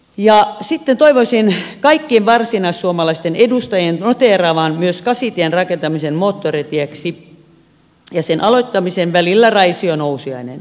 sitten toivoisin kaikkien varsinaissuomalaisten edustajien noteeraavan myös kasitien rakentamisen moottoritieksi ja sen aloittamisen välillä raisionousiainen